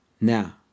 Now